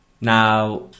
Now